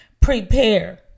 prepare